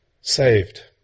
saved